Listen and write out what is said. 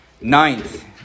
Ninth